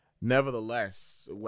nevertheless